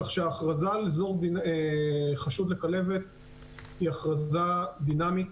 הכרזה על אזור חשוד בכלבת היא הכרזה דינמית,